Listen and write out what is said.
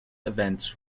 events